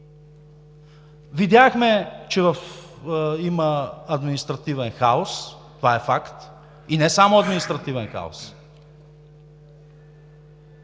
Видяхме, че има административен хаос, това е факт. И не само административен хаос.